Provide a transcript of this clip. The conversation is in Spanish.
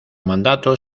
mandato